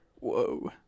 Whoa